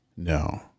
No